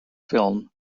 film